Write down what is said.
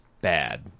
bad